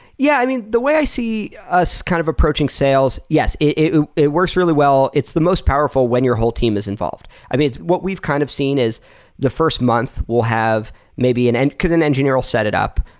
yeah. i mean, the way i see us kind of approaching sales, yes, it it works really well. it's the most powerful when your whole team is involved. i mean, what we've kind of scene is the first month, we'll have maybe an and could an engineer all set it up?